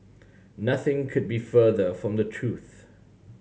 nothing could be further from the truth